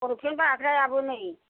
उरुफ्लेन बाग्रायाबो नै